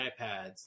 iPads